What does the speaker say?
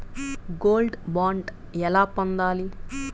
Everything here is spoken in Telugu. గోల్డ్ బాండ్ ఎలా పొందాలి?